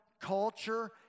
culture